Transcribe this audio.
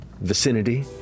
vicinity